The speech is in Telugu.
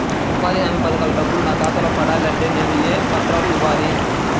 ఉపాధి హామీ పథకం డబ్బులు నా ఖాతాలో పడాలి అంటే నేను ఏ పత్రాలు ఇవ్వాలి?